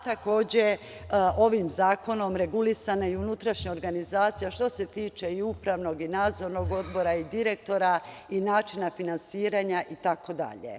Takođe, regulisana je unutrašnja organizacija, što se tiče upravnog i nadzornog odbora i direktora, načina finansiranja itd.